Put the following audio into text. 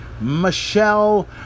Michelle